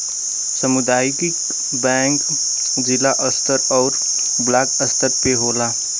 सामुदायिक बैंक जिला स्तर आउर ब्लाक स्तर पे होला